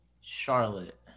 Charlotte